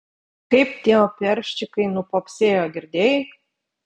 kaip tie operščikai nupopsėjo girdėjai